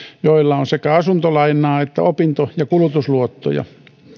joilla on sekä asuntolainaa että opinto ja kulutusluottoja